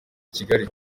kigali